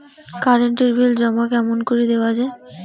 Current এর bill জমা কেমন করি দেওয়া যায়?